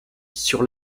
sur